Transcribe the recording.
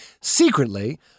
secretly